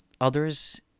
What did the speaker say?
others